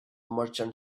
merchant